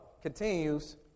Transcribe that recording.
continues